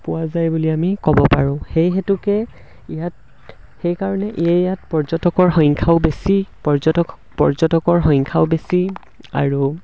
পোৱা যায় বুলি আমি ক'ব পাৰোঁ সেই হেতুকে ইয়াত সেইকাৰণে ইয়ে ইয়াত পৰ্যটকৰ সংখ্যাও বেছি পৰ্যটক পৰ্যটকৰ সংখ্যাও বেছি আৰু